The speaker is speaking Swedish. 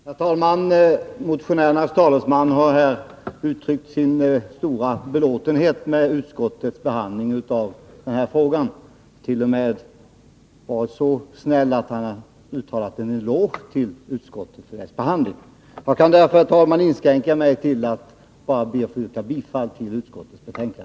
Herr talman! Motionärernas talesman har här uttryckt sin stora belåtenhet med utskottets behandling av denna fråga. Han hart.o.m. varit så snäll att han givit utskottet en eloge för dess behandling. Jag kan därför, herr talman, inskränka mig till att yrka bifall till utskottets hemställan.